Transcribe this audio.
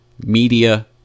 Media